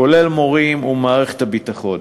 כולל מורים ומערכת הביטחון.